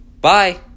Bye